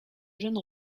jeune